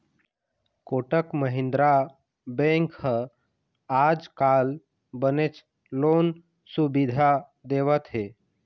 Kotak Mahindra bank ह आजकाल बनेच लोन सुबिधा देवत हे